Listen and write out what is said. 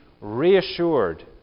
reassured